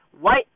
white